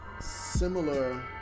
similar